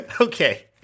Okay